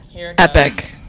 Epic